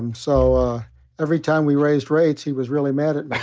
um so ah every time we raised rates, he was really mad at me.